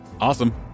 Awesome